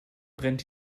brennt